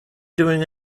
doing